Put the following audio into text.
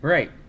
Right